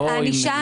תמיד הענישה מקלה.